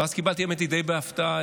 ואז קיבלתי די בהפתעה,